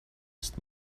ist